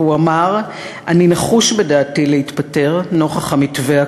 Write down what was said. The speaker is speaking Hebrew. והוא אמר: אני נחוש בדעתי להתפטר נוכח המתווה הקיים.